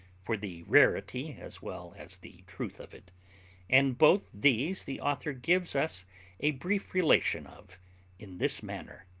for the rarity as well as the truth of it and both these the author gives us a brief relation of in this manner.